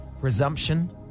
resumption